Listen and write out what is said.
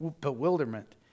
bewilderment